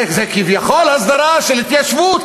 זה כביכול הסדרה של התיישבות,